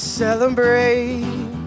celebrate